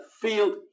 field